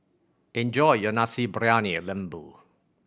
enjoy your Nasi Briyani Lembu